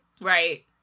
right